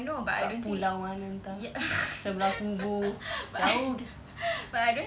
kat pulau mana entah sebelah kubur jauh